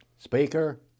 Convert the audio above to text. Speaker